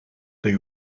they